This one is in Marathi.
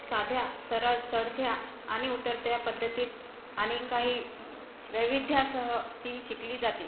साध्या सरळ चढत्या आणि उतरत्या पद्धतीत आणि काही वैविध्यासह ती शिकली जाते